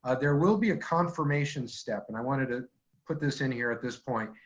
ah there will be a confirmation step. and i wanted to put this in here at this point,